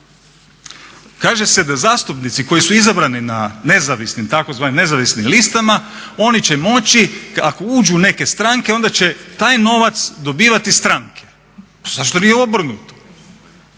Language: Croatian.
Kaže se da zastupnici koji su izabrani na nezavisnim tzv. nezavisnim listama oni će moći ako uđu u neke stranke onda će taj novac dobivati stranke. Zašto nije obrnuto?